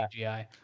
CGI